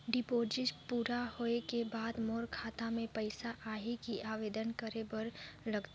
Deposit पूरा होय के बाद मोर खाता मे पइसा आही कि आवेदन करे बर लगथे?